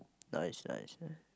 nice nice nice